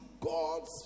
god's